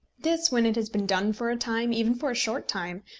this, when it has been done for a time, even for a short time,